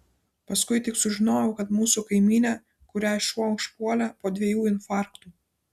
paskui tik sužinojau kad mūsų kaimynė kurią šuo užpuolė po dviejų infarktų